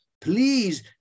please